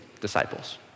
disciples